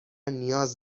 نیاز